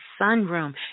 sunroom